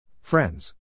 Friends